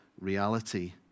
reality